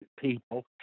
people